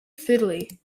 fiddly